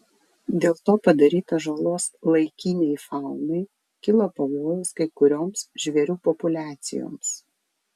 dėl to padaryta žalos laikinei faunai kilo pavojus kai kurioms žvėrių populiacijoms